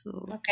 okay